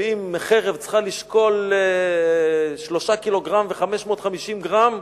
ואם חרב צריכה לשקול 3 קילוגרם ו-550 גרם,